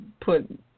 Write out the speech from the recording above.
put